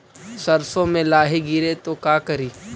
सरसो मे लाहि गिरे तो का करि?